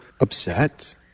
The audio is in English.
upset